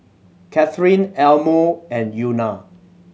Kathyrn Elmore and Euna